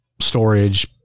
storage